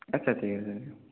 আচ্ছা ঠিক আছে